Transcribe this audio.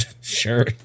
sure